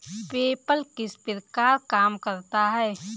PayPal किस प्रकार काम करता है?